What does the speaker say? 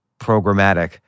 programmatic